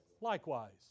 Likewise